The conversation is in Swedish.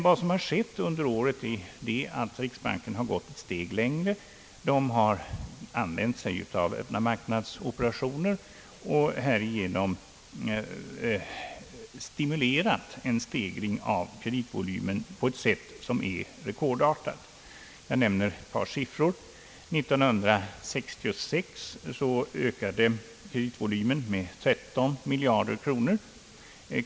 Vad som har skett under året är emellertid, att riksbanken har gått ett steg längre. Den har använt sig av operationer i öppna marknaden och härigenom stimulerat till en rekordartad ökning av kreditvolymen. Jag nämner ett par siffror. År 1966 ökade volymen med 13 miljarder kronor.